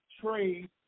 trade